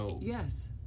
Yes